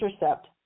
Intercept